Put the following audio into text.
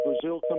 Brazil